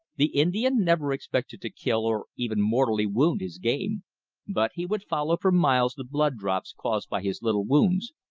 the indian never expected to kill or even mortally wound his game but he would follow for miles the blood drops caused by his little wounds,